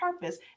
purpose